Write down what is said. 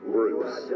Bruce